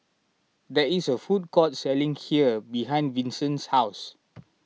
there is a food court selling Kheer behind Vinson's house